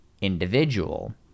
individual